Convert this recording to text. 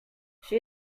she